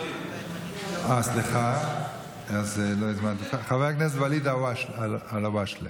סליחה, חבר הכנסת ואליד אלהואשלה.